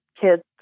kids